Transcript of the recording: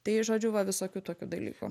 tai žodžiu va visokių tokių dalykų